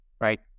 Right